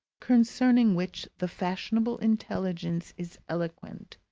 concerning which the fashionable intelligence is eloquent,